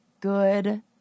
good